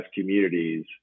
communities